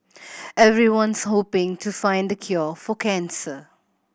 everyone's hoping to find the cure for cancer